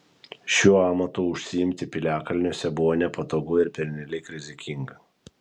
šiuo amatu užsiimti piliakalniuose buvo nepatogu ir pernelyg rizikinga